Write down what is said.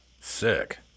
sick